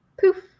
poof